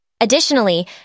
Additionally